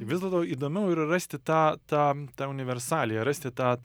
tai vis dėlto įdomiau yra rasti tą tą tą universaliją rasti tą